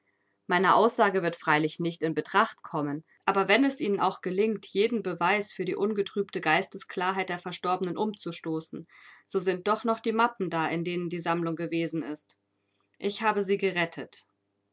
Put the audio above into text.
meine aussage wird freilich nicht in betracht kommen aber wenn es ihnen auch gelingt jeden beweis für die ungetrübte geistesklarheit der verstorbenen umzustoßen so sind doch noch die mappen da in denen die sammlung gewesen ist ich habe sie gerettet